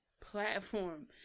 platform